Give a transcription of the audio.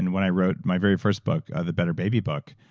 and when i wrote my very first book, the better baby book,